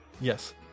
Yes